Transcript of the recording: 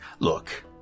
Look